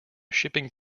shipping